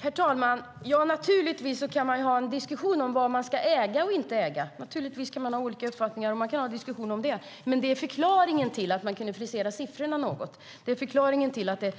Herr talman! Naturligtvis kan man ha en diskussion om vad man ska äga och inte äga. Naturligtvis kan man ha olika uppfattningar om den saken. Men det är det faktum att ni sålde ut statliga egendomar som är förklaringen till att ni